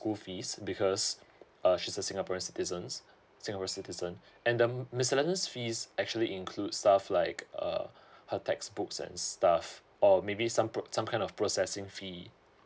her school fees because uh she's a singaporean citizens singapore citizen and um miscellaneous fees actually include stuff like uh her textbooks and stuff or maybe some put some kind of processing fee